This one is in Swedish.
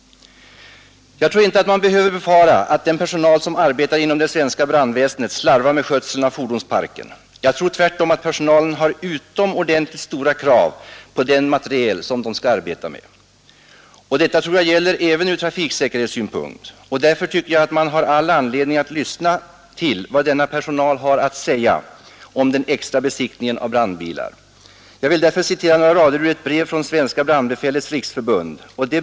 Jag tror inte man behöver befara att den personal som arbetar inom det svenska brandväsendet slarvar med skötseln av fordonsparken. Jag tror tvärtom att personalen har utomordentligt stora krav på den materiel den skall arbeta med. Och detta tror jag gäller även ur trafiksäkerhetssynpunkt. Därför tycker jag att man har all anledning att lyssna till vad denna personal säger om den extra besiktningen av brandbilar. Jag vill därför citera några rader ur ett brev från Svenska brandbefälets riksförbund.